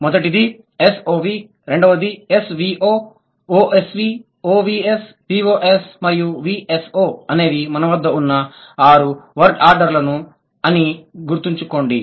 మొదటిది SOV రెండవది SVO OSV OVS VOS మరియు VSO అనేవి మన వద్ద ఉన్న ఆరు వర్డ్ ఆర్డర్లు అని గుర్తుంచుకోండి